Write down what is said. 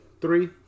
three